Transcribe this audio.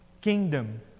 kingdom